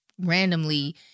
randomly